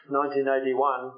1981